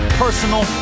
personal